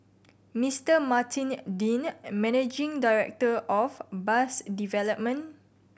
Mister Martin Dean managing director of bus development